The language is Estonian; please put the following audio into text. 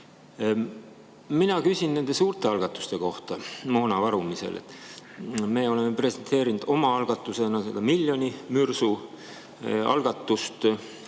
Mina küsin suurte algatuste kohta moona varumisel. Me oleme presenteerinud oma algatusena seda miljoni mürsu algatust.